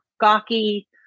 gawky